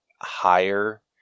higher